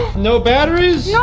no batteries? yeah